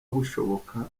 bushoboka